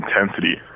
intensity –